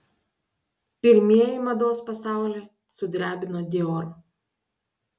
pirmieji mados pasaulį sudrebino dior